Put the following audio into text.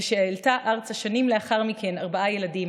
ושהעלתה ארצה שנים לאחר מכן ארבעה ילדים,